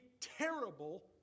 terrible